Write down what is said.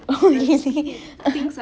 oh